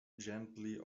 gently